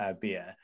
beer